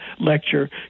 lecture